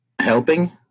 helping